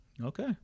Okay